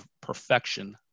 perfection